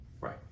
Right